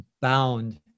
bound